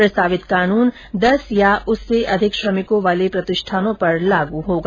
प्रस्तावित कानून दस या उससे अधिक श्रमिकों वाले प्रतिष्ठानों पर लागू होगा